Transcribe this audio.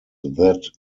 that